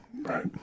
Right